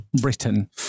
Britain